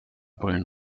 brillen